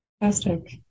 fantastic